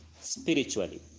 spiritually